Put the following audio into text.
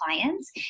clients